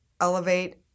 elevate